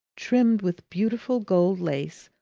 trimmed with beautiful gold lace,